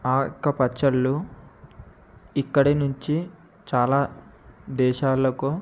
ఆ ఒక్క పచ్చళ్ళు ఇక్కడి నుంచి చాలా దేశాలకు